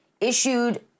issued